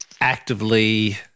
actively